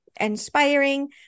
inspiring